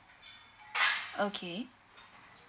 okay